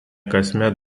kasmet